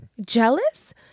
jealous